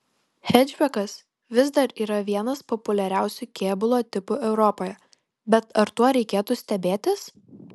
hečbekas vis dar yra vienas populiariausių kėbulo tipų europoje bet ar tuo reikėtų stebėtis